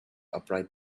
upright